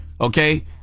Okay